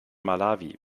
malawi